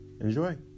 enjoy